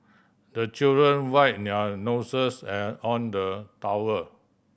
the children wipe their noses on the towel